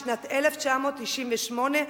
משנת 1998,